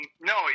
no